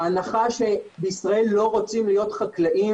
ההנחה שבישראל לא רוצים להיות חקלאים,